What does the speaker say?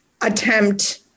attempt